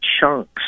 chunks